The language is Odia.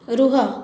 ରୁହ